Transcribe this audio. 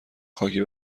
خاکی